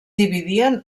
dividien